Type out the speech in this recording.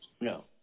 No